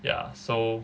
ya so